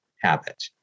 habit